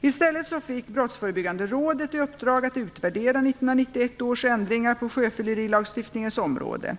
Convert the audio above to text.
I stället fick Brottsförebyggande rådet i uppdrag att utvärdera 1991 års ändringar på sjöfyllerilagstiftningens område.